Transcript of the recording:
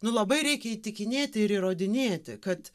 nu labai reikia įtikinėti ir įrodinėti kad